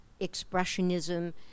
expressionism